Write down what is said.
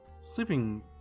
sleeping